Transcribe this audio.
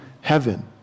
heaven